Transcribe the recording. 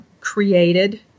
created